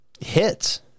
hits